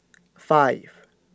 five